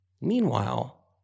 Meanwhile